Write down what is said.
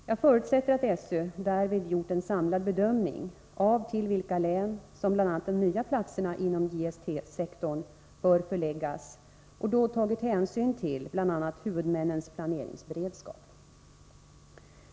Jag förutsätter att SÖ därvid gjort en samlad bedömning av till vilka län som bl.a. de nya platserna inom JST-sektorn bör förläggas och då tagit hänsyn till bl.a. huvudmännens planeringsberedskap.